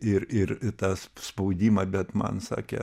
ir ir tą spaudimą bet man sakė